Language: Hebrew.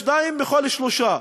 שניים מכל שלושה.